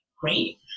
great